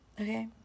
okay